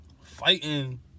fighting